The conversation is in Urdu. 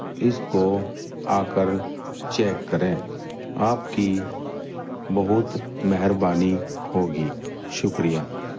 اس کو آ کر چیک کریں آپ کی بہت مہربانی ہوگی شکریہ